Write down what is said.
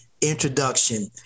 introduction